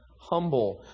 humble